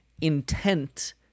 intent